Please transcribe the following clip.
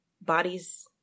bodies